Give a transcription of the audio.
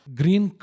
green